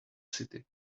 city